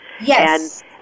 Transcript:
Yes